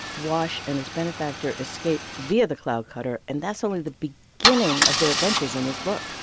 wash and his benefactor escape via the cloud cutter. and that's only the beginning of their adventures in this book.